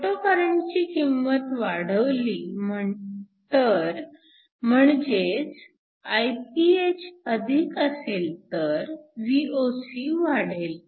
photo करंटची किंमत वाढवली तर म्हणजेच Iph अधिक असेल तर Voc वाढेल